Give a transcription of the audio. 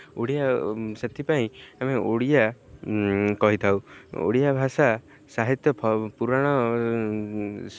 ଓଡ଼ିଆ ସେଥିପାଇଁ ଆମେ ଓଡ଼ିଆ କହିଥାଉ ଓଡ଼ିଆ ଭାଷା ସାହିତ୍ୟ ପୁରାଣ